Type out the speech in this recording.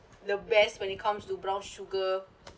the best when it comes to brown sugar